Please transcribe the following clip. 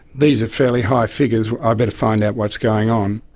these are fairly high figures i'd better find out what's going on.